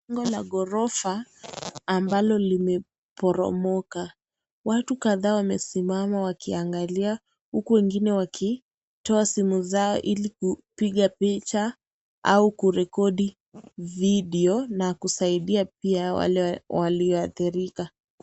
Jengo la ghorofa ambalo limeporomoka. Watu kadhaa wamesimama wakiangalia, huku wengine wakitoa simu zao ili kupiga picha au kurekodi video na kusaidia pia wale waliodhirika.